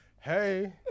hey –